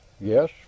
Yes